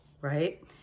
right